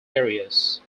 areas